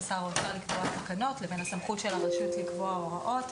שר האוצר לקבוע תקנות לבין הסמכות של הרשות לקבוע הוראות.